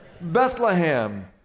Bethlehem